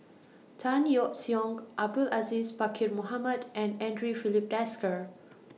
Tan Yeok Seong Abdul Aziz Pakkeer Mohamed and Andre Filipe Desker